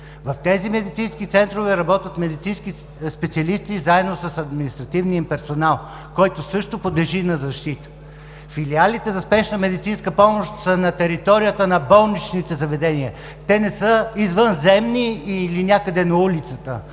В тези медицински центрове работят медицински специалисти, заедно с административния им персонал, който също подлежи на защита. Филиалите за спешна медицинска помощ са на територията на болничните заведения, те не са извънземни или някъде на улицата.